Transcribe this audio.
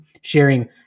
sharing